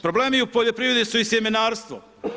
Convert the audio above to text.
Problemi u poljoprivredi su i sjemenarstvo.